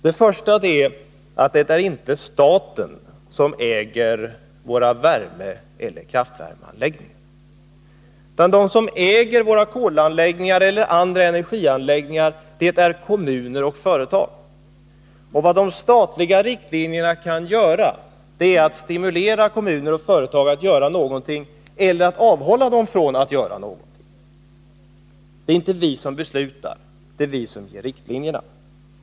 Den första är att det inte är staten som äger landets värmeeller kraftvärmeanläggningar, kolbaserade och andra, utan kommuner och företag. Vad de statliga riktlinjerna kan leda till är att stimulera kommuner och företag att göra något eller att avhålla dem från att göra något. Det är inte vi som beslutar, men det är vi som utfärdar riktlinjerna.